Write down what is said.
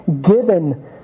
given